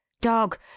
dog